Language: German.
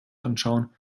anschauen